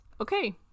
Okay